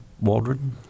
Waldron